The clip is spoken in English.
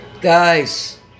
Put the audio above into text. Guys